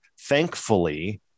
Thankfully